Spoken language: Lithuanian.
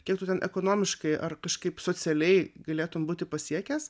kiek tu ten ekonomiškai ar kažkaip socialiai galėtum būti pasiekęs